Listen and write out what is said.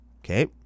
Okay